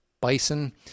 bison